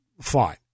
Fine